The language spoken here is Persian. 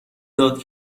داد